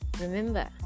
Remember